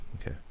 Okay